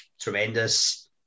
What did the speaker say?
tremendous